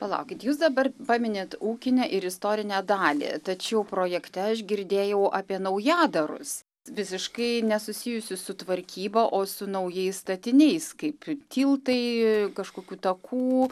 palaukit jūs dabar paminit ūkinę ir istorinę dalį tačiau projekte aš girdėjau apie naujadarus visiškai nesusijusius su tvarkyba o su naujais statiniais kaip tiltai kažkokių takų